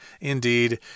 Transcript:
Indeed